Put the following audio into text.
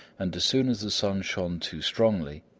and as soon as the sun shone too strongly,